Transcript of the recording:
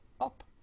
up